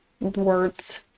words